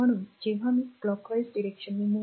म्हणून जेव्हा मी हे clockwise हलविते clockwise फिरणे पहा